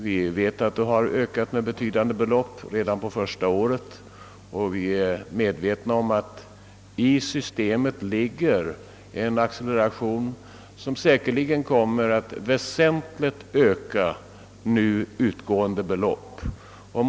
Vi vet att bidragen redan under första året har ökat med betydande belopp och att det i systemet ligger en acceleration, som efter hand kommer att öka beloppen väsentligt.